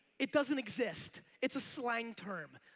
it doesn't exist it's a slang term.